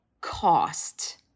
cost